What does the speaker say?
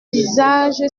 visage